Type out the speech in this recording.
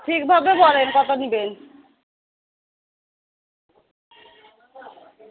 ঠিকভাবে বলেন কত নিবেন